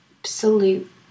absolute